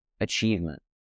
achievement